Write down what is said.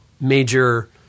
major